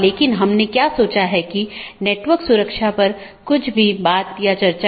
बस एक स्लाइड में ऑटॉनमस सिस्टम को देख लेते हैं